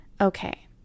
Okay